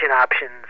options